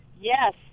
Yes